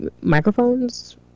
microphones